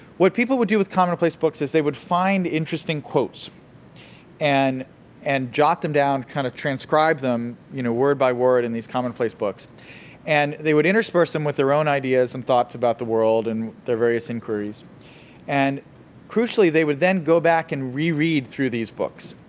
what people would do with commonplace books, is they would find interesting quotes and and jot them down, kind of transcribe them you know word by word in these commonplace books and they would intersperse them with their own ideas on thoughts about the world and their various inquiries and crucially, they would then go back and reread through these books.